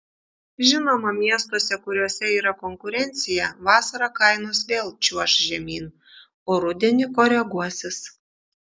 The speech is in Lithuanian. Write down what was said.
žinoma miestuose kuriuose yra konkurencija vasarą kainos vėl čiuoš žemyn o rudenį koreguosis